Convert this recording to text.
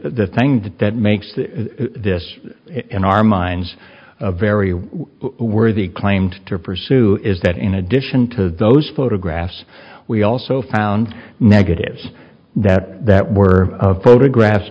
thing that makes this in our minds very worthy claimed to pursue is that in addition to those photographs we also found negatives that that were photographs